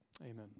Amen